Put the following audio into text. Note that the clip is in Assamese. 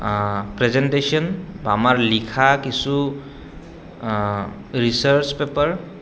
প্ৰেজেণ্টেশ্যন বা আমাৰ লিখা কিছু ৰিছাৰ্চ পেপাৰ